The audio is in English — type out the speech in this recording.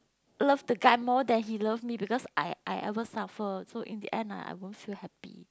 love the guy more than he love me because I I ever suffer so in the end I I won't feel happy